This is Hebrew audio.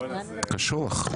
קשוח.